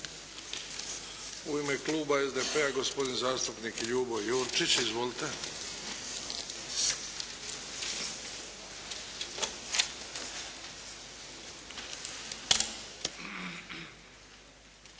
U ime Kluba SDP-a gospodin zastupnik Ljubo Jurčić. Izvolite.